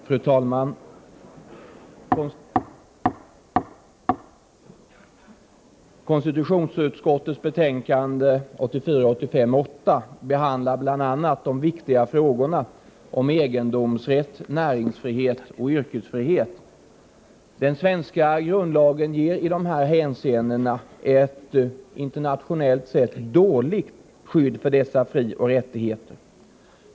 Fru talman! Konstitutionsutskottets betänkande 1984/85:8 behandlar bl.a. de viktiga frågorna om egendomsrätt, näringsfrihet och yrkesfrihet. Den svenska grundlagen ger i dessa hänseenden ett internationellt sett dåligt skydd för dessa frioch rättigheter.